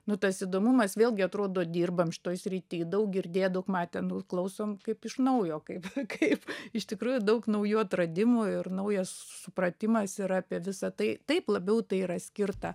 nu tas įdomumas vėlgi atrodo dirbam šitoj srityj daug girdėję daug matę nu klausom kaip iš naujo kaip kaip iš tikrųjų daug naujų atradimų ir naujas supratimas yra apie visa tai taip labiau tai yra skirta